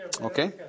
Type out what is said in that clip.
Okay